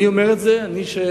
אני אומר את זה, אני,